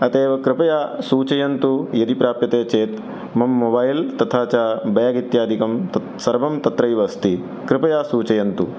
अतः एव कृपया सूचयन्तु यदि प्राप्यते चेत् मम मोबैल् तथा च ब्याग् इत्यादिकं तत्सर्वं तत्रैव अस्ति कृपया सूचयन्तु